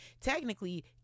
technically